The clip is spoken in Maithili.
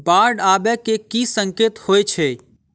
बाढ़ आबै केँ की संकेत होइ छै?